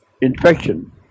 infection